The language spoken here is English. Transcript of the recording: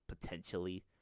potentially